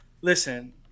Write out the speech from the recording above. Listen